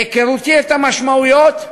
מהיכרותי את המשמעויות,